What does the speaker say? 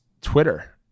Twitter